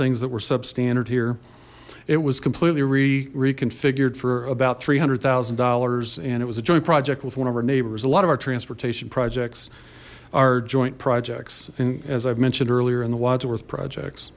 things that were substandard here it was completely re reconfigured for about three hundred thousand dollars and it was a joint project with one of our neighbors a lot of our transportation projects are joint projects and as i've mentioned earlier in the